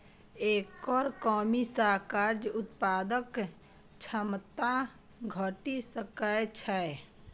एकर कमी सं कार्य उत्पादक क्षमता घटि सकै छै